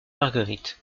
marguerite